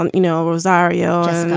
um you know, rosario's